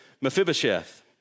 Mephibosheth